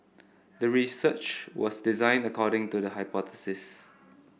the research was designed according to the hypothesis